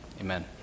Amen